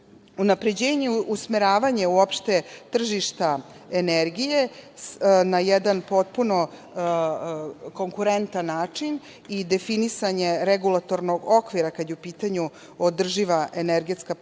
usmeravanje uopšte tržišta energije na jedan potpuno konkurentan način i definisanje regulatornog okvira, kada je u pitanju održiva energetska politika,